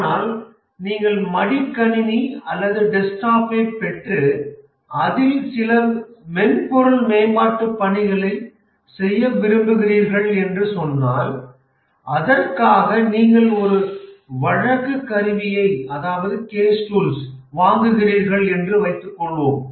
ஆனால் நீங்கள் மடிக்கணினி அல்லது டெஸ்க்டாப்பைப் பெற்று அதில் சில மென்பொருள் மேம்பாட்டுப் பணிகளைச் செய்ய விரும்புகிறீர்கள் என்று சொன்னால்அதற்காக நீங்கள் ஒரு வழக்கு கருவியை வாங்குகிறீர்கள் என்று வைத்துக்கொள்வோம்